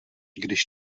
když